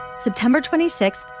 september twenty six,